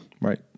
Right